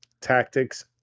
tactics